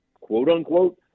quote-unquote